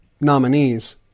nominees